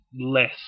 less